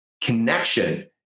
connection